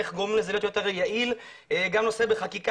איך מביאים ליתר יעילות בנושא זה,